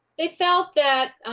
they felt that